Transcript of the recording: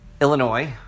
Illinois